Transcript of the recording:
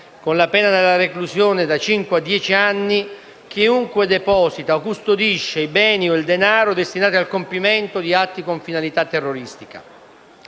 con la pena della reclusione da cinque a dieci anni chiunque deposita o custodisce i beni o il denaro destinati al compimento di atti con finalità terroristica.